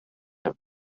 have